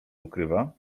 ukrywa